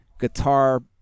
guitar